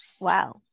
Wow